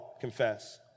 confess